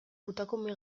putakume